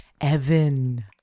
Evan